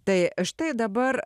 tai štai dabar